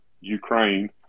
Ukraine